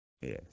Yes